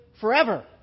forever